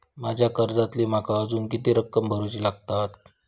माझ्या कर्जातली माका अजून किती रक्कम भरुची लागात?